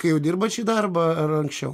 kai jau dirbot šį darbą ir anksčiau